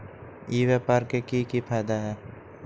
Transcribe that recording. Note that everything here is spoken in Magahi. ई व्यापार के की की फायदा है?